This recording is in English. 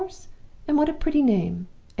and what a pretty name!